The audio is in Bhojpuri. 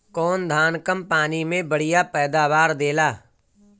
कौन धान कम पानी में बढ़या पैदावार देला?